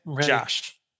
Josh